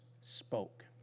spoke